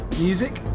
Music